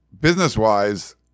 business-wise